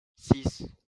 six